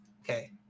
Okay